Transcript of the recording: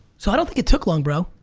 so i don't think it took long bro.